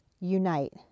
unite